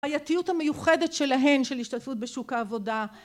הבעיתיות המיוחדת שלהן של השתתפות בשוק העבודה